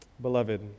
Beloved